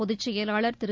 பொதுச் செயலாளர் திரு